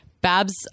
babs